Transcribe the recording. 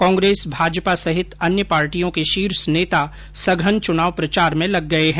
कांग्रेस भाजपा सहित अन्य पार्टियों के शीर्ष नेता सघन चुनाव प्रचार में लग गये है